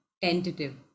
tentative